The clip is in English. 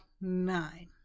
nine